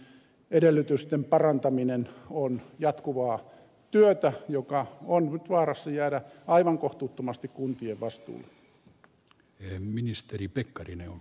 yritystoiminnan edellytysten parantaminen on jatkuvaa työtä joka on nyt vaarassa jäädä aivan kohtuuttomasti kuntien vastuulle